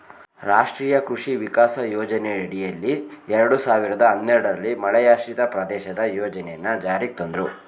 ರಾಷ್ಟ್ರೀಯ ಕೃಷಿ ವಿಕಾಸ ಯೋಜನೆಯಡಿಯಲ್ಲಿ ಎರಡ್ ಸಾವಿರ್ದ ಹನ್ನೆರಡಲ್ಲಿ ಮಳೆಯಾಶ್ರಿತ ಪ್ರದೇಶದ ಯೋಜನೆನ ಜಾರಿಗ್ ತಂದ್ರು